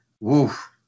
woof